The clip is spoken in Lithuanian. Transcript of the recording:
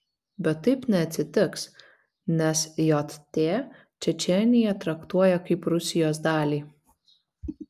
bet taip neatsitiks nes jt čečėniją traktuoja kaip rusijos dalį